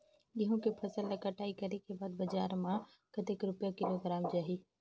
गंहू के फसल ला कटाई करे के बाद बजार मा कतेक रुपिया किलोग्राम जाही?